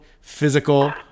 physical